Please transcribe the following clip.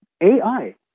AI